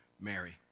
Mary